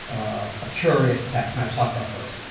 a curious text, and i talk about those.